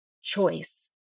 choice